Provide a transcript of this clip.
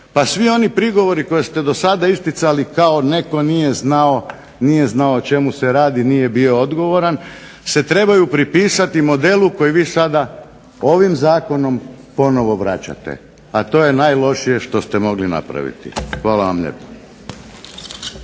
Pa svi oni prigovori koje ste do sada isticali kao netko nije znao o čemu se radi nije bio odgovoran, se trebaju pripisati modelu koji vi sada ovim zakonom ponovno vraćate, a to je najlošije što ste mogli napraviti. Hvala vam lijepa.